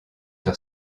sur